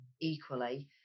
equally